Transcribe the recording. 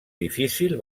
difícil